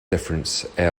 difference